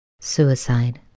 Suicide